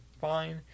fine